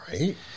Right